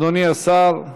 אדוני השר,